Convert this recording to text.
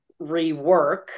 rework